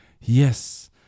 yes